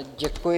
Děkuji.